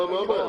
מה הבעיה?